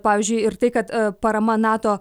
pavyzdžiui ir tai kad parama nato